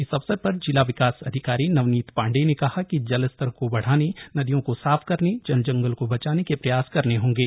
इस अवसर पर जिला विकास अधिकारी नवनीत पांडेय ने कहा कि जलस्तर को बढ़ाने नदियों को साफ करने जल जंगल को बचाने के प्रयास करने होंगे